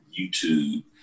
YouTube